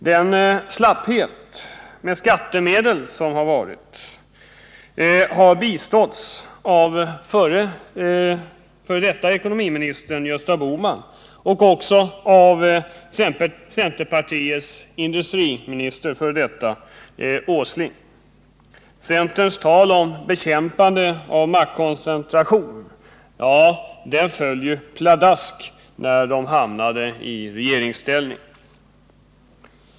Den slapphet med skattemedel som förekommit har biträtts av f.d. ekonomiministern Gösta Bohman och också av centerpartiets f. d. industriminister Nils Åsling. Centerpartisternas tal om bekämpande av maktkoncentration föll pladask när de hamnade i regeringsställning.